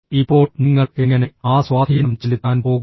ഇപ്പോൾ നിങ്ങൾ എങ്ങനെ ആ സ്വാധീനം ചെലുത്താൻ പോകുന്നു